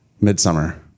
Midsummer